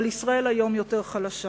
אבל ישראל היום יותר חלשה